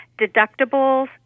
deductibles